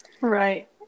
Right